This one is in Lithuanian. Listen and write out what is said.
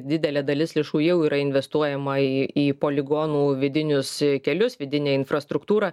didelė dalis lėšų jau yra investuojama į į poligonų vidinius kelius vidinę infrastruktūrą